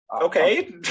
okay